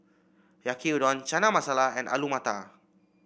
Yaki Udon Chana Masala and Alu Matar